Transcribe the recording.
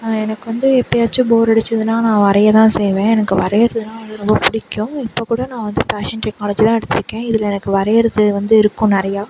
எனக்கு வந்து எப்போயாச்சும் போர் அடிச்சிதுன்னால் நான் வரையதான் செய்வேன் எனக்கு வரைகிறதுன்னா வந்து ரொம்ப பிடிக்கும் இப்போ கூட நான் வந்து ஃபேஷன் டெக்னலாஜி தான் எடுத்திருக்கேன் இதில் எனக்கு வரைகிறது வந்து இருக்கும் நிறையா